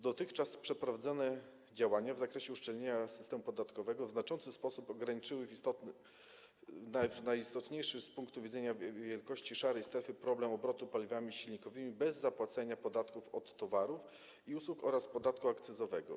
Dotychczas przeprowadzane działania w zakresie uszczelniania systemu podatkowego w znaczący sposób ograniczyły, z punktu widzenia wielkości szarej strefy, problem obrotu paliwami silnikowymi bez zapłacenia podatków od towarów i usług oraz podatku akcyzowego.